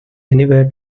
anywhere